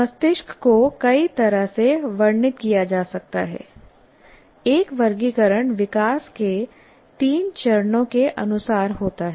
मस्तिष्क को कई तरह से वर्णित किया जा सकता है एक वर्गीकरण विकास के तीन चरणों के अनुसार होता है